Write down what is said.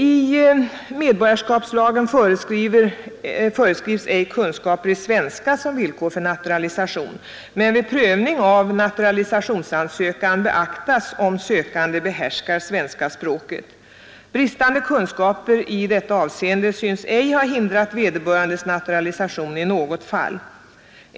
I medborgarskapslagen föreskrivs ej kunskaper i svenska som villkor för naturalisation, men vid prövning av naturalisationsansökan beaktas om sökande behärskar svenska språket. Bristande kunskaper i detta avseende synes ej ha hindrat vederbörandes naturalisation i något fall.